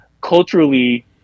culturally